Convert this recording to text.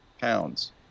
pounds